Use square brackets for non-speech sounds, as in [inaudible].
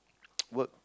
[noise] work